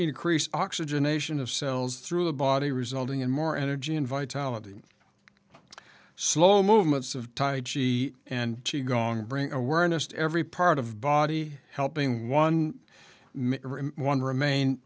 increase oxygenation of cells through the body resulting in more energy and vitality slow movements of tide she and she gong bring awareness to every part of body helping one one remain